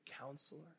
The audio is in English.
counselor